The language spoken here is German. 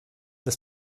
des